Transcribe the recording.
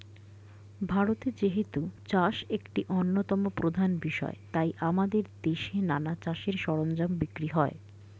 ভারতে যেহেতু চাষ একটা অন্যতম প্রধান বিষয় তাই আমাদের দেশে নানা চাষের সরঞ্জাম বিক্রি হয়